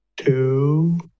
two